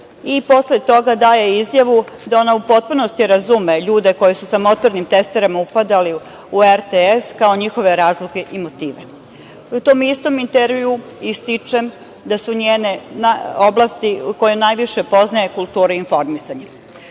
i posle toga daje izjavu da ona u potpunosti razume ljude koji su sa motornim testerama upadali u RTS, kao i njihove razloge i motive.U tom istom intervju ističe da su njene oblasti koje najviše poznaje kultura i informisanje.